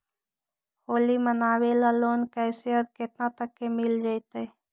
होली मनाबे ल लोन कैसे औ केतना तक के मिल जैतै?